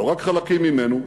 לא רק חלקים ממנו.